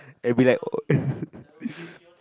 and be like oh